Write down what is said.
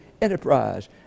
enterprise